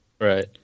Right